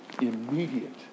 immediate